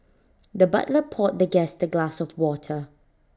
the butler poured the guest A glass of water